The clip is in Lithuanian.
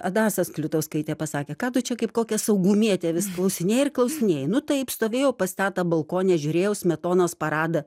adasė skliutauskaitė pasakė ką tu čia kaip kokia saugumietė vis klausinėji ir klausinėji nu taip stovėjau pas tetą balkone žiūrėjau smetonos paradą